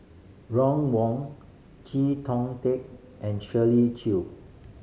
Ron Wong Chee Kong Tet and Shirley Chew